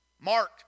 Mark